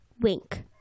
Wink